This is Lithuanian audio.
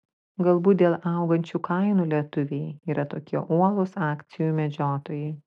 galbūt dėl augančių kainų lietuviai yra tokie uolūs akcijų medžiotojai